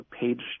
page